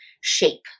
shape